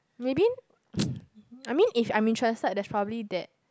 maybe I mean if I'm interested there's probably that